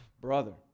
brother